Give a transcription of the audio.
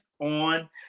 on